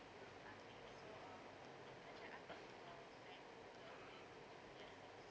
uh